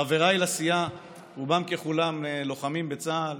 חבריי לסיעה רובם ככולם לוחמים בצה"ל,